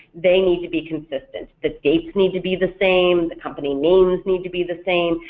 they need to be consistent, the dates need to be the same, the company names need to be the same,